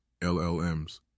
LLMs